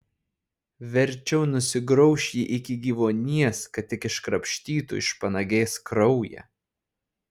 verčiau nusigrauš jį iki gyvuonies kad tik iškrapštytų iš panagės kraują